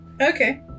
Okay